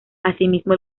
asimismo